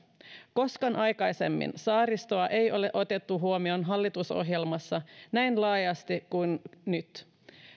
koskaan aikaisemmin saaristoa ei ole otettu huomioon hallitusohjelmassa näin laajasti kuin nyt